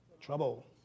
trouble